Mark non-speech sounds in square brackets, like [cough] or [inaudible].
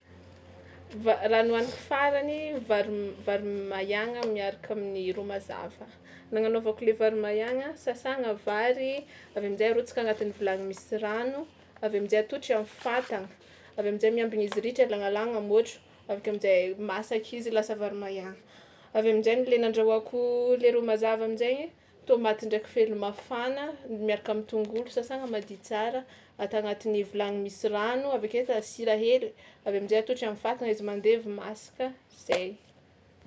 Va- raha nohaniko farany vary m- vary maiagna miaraka amin'ny romazava. Nagnanaovako le vary maiagna sasagna vary avy amin-jay arotsaka anatin'ny vilany misy rano avy amin-jay atotry am'fatagna avy amin-jay miambina izy ritra alanalana môtro avy ake amin-jay masaka izy lasa vary maiagna, avy amin-jainy le nandrahoako le romazava amin-jaigny tômaty ndraiky felimafana miaraka am'tongolo sasagna mady tsara ata anatin'ny vilany misy rano avy ake ata sira hely avy amin-jay atotry am'fatagna izy mandevy izy masaka, zay. [noise]